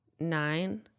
Nine